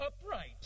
upright